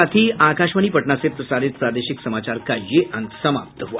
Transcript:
इसके साथ ही आकाशवाणी पटना से प्रसारित प्रादेशिक समाचार का ये अंक समाप्त हुआ